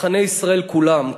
בצרכני ישראל כולם.